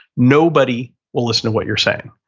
nobody will listen to what you're saying.